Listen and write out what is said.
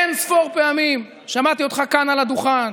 אין-ספור פעמים שמעתי אותך כאן על הדוכן,